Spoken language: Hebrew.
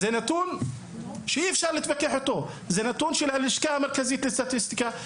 זה נתון של הלשכה המרכזית לסטטיסטיקה,